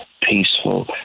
peaceful